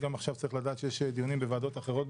צריך גם לדעת שעכשיו יש דיונים בוועדות אחרות,